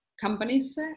companies